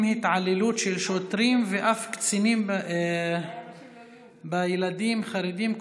התעללות של שוטרים ואף קצינים בילדים חרדים,